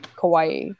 Kauai